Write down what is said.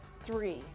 three